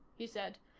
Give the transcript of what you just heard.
he said.